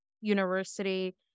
University